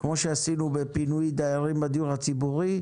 כמו שעשינו בפינוי דיירים בדיור הציבורי,